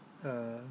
err